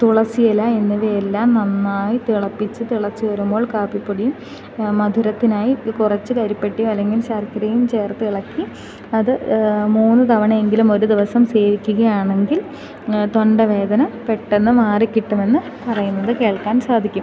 തുളസി ഇല എന്നിവ എല്ലാം നന്നായി തിളപ്പിച്ചു തിളച്ചു വരുമ്പോൾ കാപ്പിപ്പൊടിയും മധുരത്തിനായി കുറച്ചു കരിപ്പെട്ടിയോ അല്ലെങ്കിൽ ശർക്കരയും ചേർത്ത് ഇളക്കി അത് മൂന്ന് തവണ എങ്കിലും ഒരു ദിവസം സേവിക്കുക ആണെങ്കിൽ തൊണ്ടവേദന പെട്ടെന്ന് മാറി കിട്ടുമെന്ന് പറയുന്നത് കേൾക്കാൻ സാധിക്കും